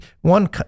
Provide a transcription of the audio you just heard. one